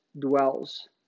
dwells